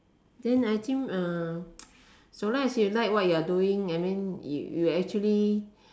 then I think uh so long as you like what you are doing I mean you actually